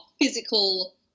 physical